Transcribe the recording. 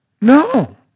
No